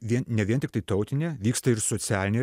vien ne vien tiktai tautinė vyksta ir socialinė